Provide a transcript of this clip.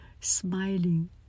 smiling